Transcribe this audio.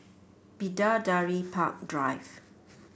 Bidadari Park Drive